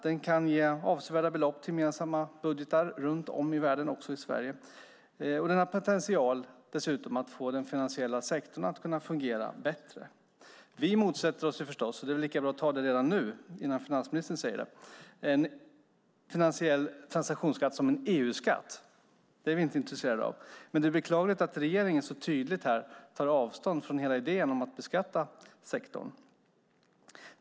Den kan ge avsevärda belopp till gemensamma budgetar runt om i världen, också i Sverige. Den har dessutom potential att få den finansiella sektorn att fungera bättre. Vi motsätter oss, och det är lika bra att ta det nu innan finansministern säger det, en finansiell transaktionsskatt som en EU-skatt. Det är vi inte intresserade av. Det är dock beklagligt att regeringen så tydligt tar avstånd från hela idén att beskatta sektorn.